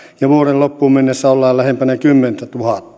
ja vuoden loppuun mennessä ollaan lähempänä kymmentätuhatta